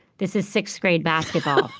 this is sixth grade basketball.